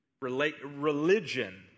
Religion